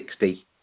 60